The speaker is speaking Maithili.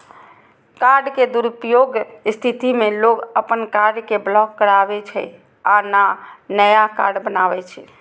कार्ड के दुरुपयोगक स्थिति मे लोग अपन कार्ड कें ब्लॉक कराबै छै आ नया कार्ड बनबावै छै